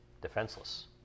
defenseless